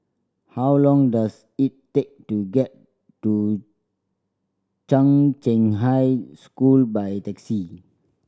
how long does it take to get to Chung Cheng High School by taxi